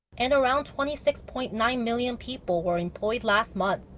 and around twenty six point nine million people were employed last month.